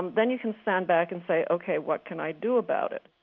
then you can stand back and say, ok, what can i do about it?